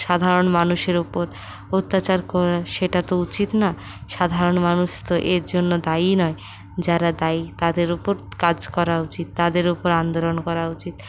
সাধারণ মানুষের উপর অত্যাচার করা সেটা তো উচিত না সাধারণ মানুষ তো এর জন্যে দায়ী নয় যারা দায়ী তাদের উপর কাজ করা উচিত তাদের উপর আন্দোলন করা উচিত